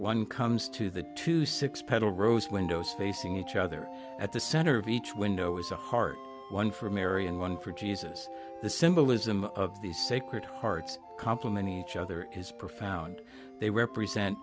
one comes to the two six petal rose windows facing each other at the center of each window is a hard one for mary and one for jesus the symbolism of these sacred hearts complement each other is profound they represent